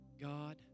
God